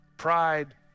pride